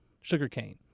sugarcane